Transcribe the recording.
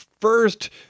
first